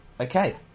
Okay